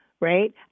right